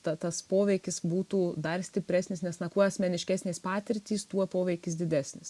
ta tas poveikis būtų dar stipresnis nes na kuo asmeniškesnės patirtys tuo poveikis didesnis